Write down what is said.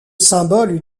symbole